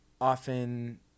often